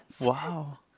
Wow